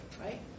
right